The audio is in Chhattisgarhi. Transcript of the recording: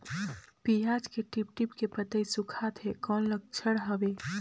पियाज के टीप टीप के पतई सुखात हे कौन लक्षण हवे?